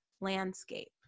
landscape